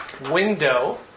Window